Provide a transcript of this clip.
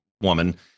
woman